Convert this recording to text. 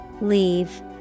Leave